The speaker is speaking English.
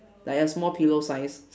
like a small pillow size